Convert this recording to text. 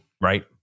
Right